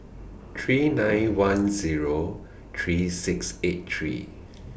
three nine one Zero three six eight three